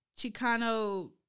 Chicano